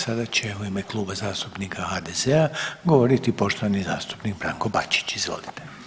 Sada će u ime Kluba zastupnika HDZ-a govoriti poštovani zastupnik Branko Bačić, izvolite.